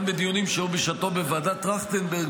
גם בדיונים שהיו בשעתו בוועדת טרכטנברג